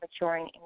maturing